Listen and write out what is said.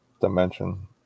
dimension